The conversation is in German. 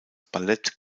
ballett